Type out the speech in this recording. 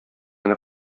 гына